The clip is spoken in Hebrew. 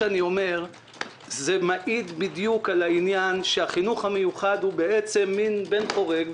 זה מעיד בדיוק על העניין שהחינוך המיוחד הוא בעצם בן חורג.